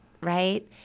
right